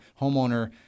homeowner